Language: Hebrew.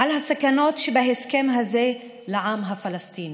על הסכנות שבהסכם הזה לעם הפלסטיני,